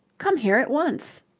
come here at once!